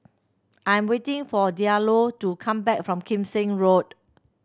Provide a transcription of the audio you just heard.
I'm waiting for Diallo to come back from Kim Seng Road